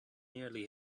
nearly